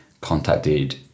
contacted